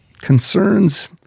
Concerns